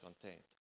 content